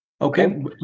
Okay